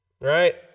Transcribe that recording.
right